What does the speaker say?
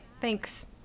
thanks